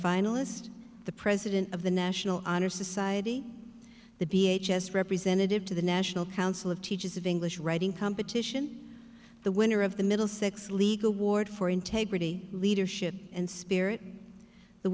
finalist the president of the national honor society the b a h s representative to the national council of teachers of english writing competition the winner of the middlesex legal ward for integrity leadership and spirit the